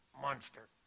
monster